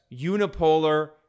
unipolar